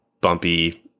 bumpy